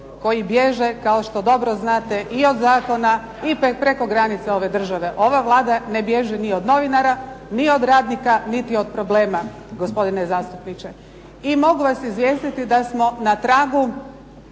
koji bježe kao što dobro znate i od zakona i preko granice ove države. Ova Vlada ne bježi ni od novinara, ni od radnika niti od problema gospodine zastupniče. I mogu vas izvijestiti da smo na tragu